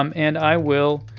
um and i will